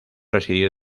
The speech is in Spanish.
residir